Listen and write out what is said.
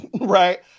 right